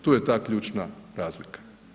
Tu je ta ključna razlika.